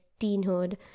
teenhood